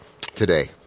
today